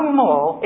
more